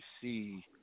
see